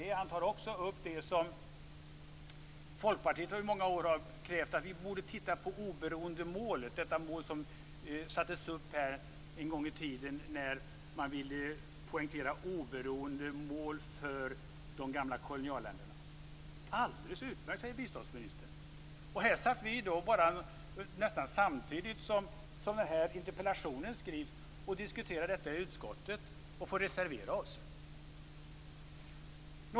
Biståndsministern tar också upp det som Folkpartiet i många år har krävt, nämligen att vi borde titta på oberoendemålet - det mål som sattes upp här en gång i tiden när man ville poängtera oberoendemål för de gamla kolonialländerna. Alldeles utmärkt, säger biståndsministern. Nästan samtidigt som interpellationen skrevs satt vi och diskuterade detta i utskottet och fick reservera oss.